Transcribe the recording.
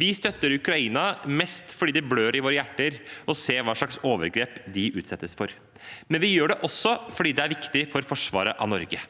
Vi støtter Ukraina mest fordi det blør i våre hjerter å se hva slags overgrep de utsettes for, men vi gjør det også fordi det er viktig for forsvaret av Norge.